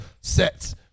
sets